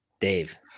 Dave